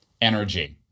energy